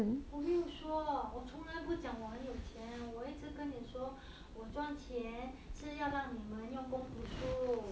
我没有说我从来不讲我很有钱我一直跟你说我赚钱是要让你们用功读书